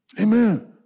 Amen